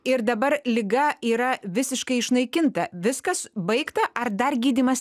ir dabar liga yra visiškai išnaikinta viskas baigta ar dar gydymas